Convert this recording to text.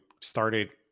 started